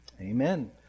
Amen